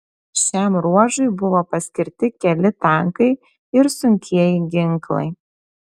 šiam ruožui buvo paskirti keli tankai ir sunkieji ginklai